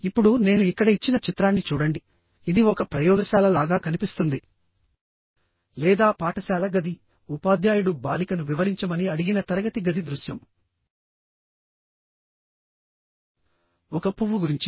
ఇప్పుడు నేను ఇక్కడ ఇచ్చిన చిత్రాన్ని చూడండి ఇది ఒక ప్రయోగశాల లాగా కనిపిస్తుంది లేదా పాఠశాల గది ఉపాధ్యాయుడు బాలికను వివరించమని అడిగిన తరగతి గది దృశ్యం ఒక పువ్వు గురించి